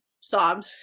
sobbed